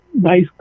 nice